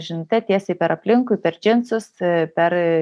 žinute tiesiai per aplinkui per džinsus per